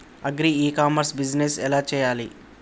Agri e commerce business ఎలా చెయ్యాలి?